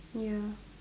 ya